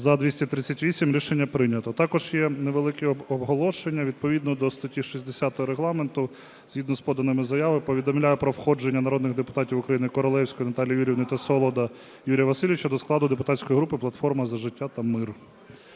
За-238 Рішення прийнято. Також є невелике оголошення. Відповідно до статті 60 Регламенту, згідно з поданими заявами, повідомляю про входження народних депутатів України Королевської Наталії Юріївни та Солода Юрія Васильовича до складу депутатської групи "Платформа за життя та мир".